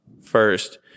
first